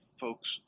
folks